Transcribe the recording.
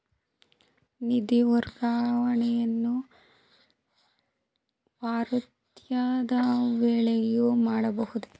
ನಿಧಿ ವರ್ಗಾವಣೆಯನ್ನು ವಾರಾಂತ್ಯದ ವೇಳೆಯೂ ಮಾಡಬಹುದೇ?